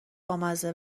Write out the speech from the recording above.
بامزه